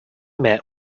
met